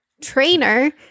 trainer